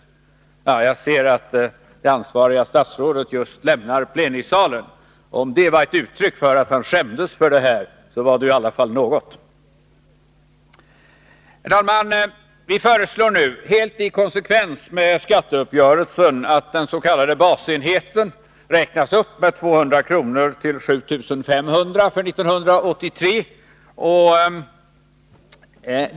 Jag ser att det ansvariga statsrådet just lämnar plenisalen. Om det var ett uttryck för att han skämdes för det här, så var det i alla fall något. Herr talman! Vi föreslår nu — helt i konsekvens med skatteuppgörelsen — att den s.k. basenheten räknas upp med 200 kr. till 7 500 kr. för 1983.